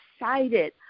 excited